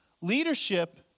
leadership